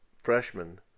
freshman